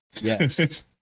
yes